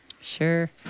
Sure